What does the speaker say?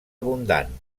abundant